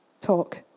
talk